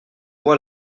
voix